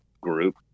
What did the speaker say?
group